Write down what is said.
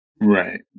right